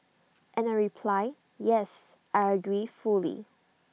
and I reply yes I agree fully